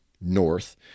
north